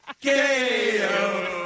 Gay-o